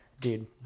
Dude